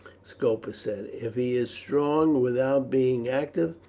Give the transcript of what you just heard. scopus said. if he is strong without being active,